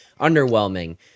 underwhelming